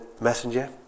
messenger